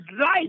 life